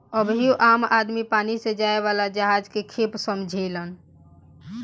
अबहियो आम आदमी पानी से जाए वाला जहाज के खेप समझेलेन